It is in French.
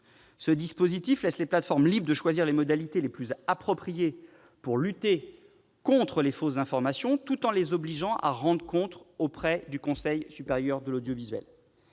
qui laisse les plateformes libres de choisir les modalités les plus appropriées pour lutter contre les fausses informations, tout en les obligeant à en rendre compte auprès du Conseil supérieur de l'audiovisuel.